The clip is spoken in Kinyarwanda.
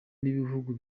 n’ibihugu